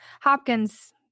Hopkins